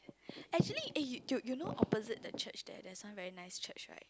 actually eh you you know opposite the church there there's some very nice church right